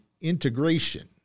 integration